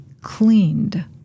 cleaned